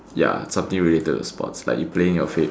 ya something related to sports like you playing your favorite